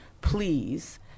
please